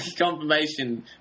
confirmation